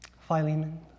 Philemon